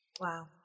Wow